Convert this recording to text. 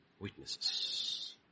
witnesses